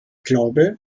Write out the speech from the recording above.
glaube